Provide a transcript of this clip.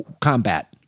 Combat